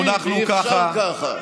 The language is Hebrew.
אי-אפשר ככה.